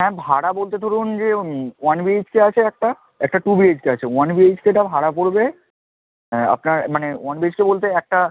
হ্যাঁ ভাড়া বলতে ধরুন যে ওয়ান বি এইচ কে আছে একটা একটা টু বি এইচ কে আছে ওয়ান বি এইচ কেটা ভাড়া পড়বে আপনার মানে ওয়ান বি এইচ কে বলতে একটা